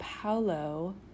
Paulo